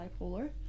bipolar